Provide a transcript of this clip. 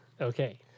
Okay